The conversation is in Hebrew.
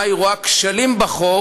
מה היא רואה ככשלים בחוק,